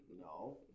No